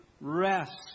rest